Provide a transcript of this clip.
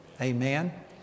Amen